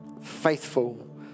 Faithful